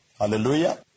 Hallelujah